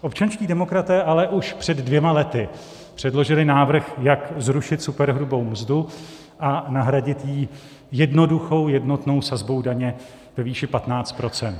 Občanští demokraté ale už před dvěma lety předložili návrh, jak zrušit superhrubou mzdu a nahradit ji jednoduchou jednotnou sazbou daně ve výši 15 %.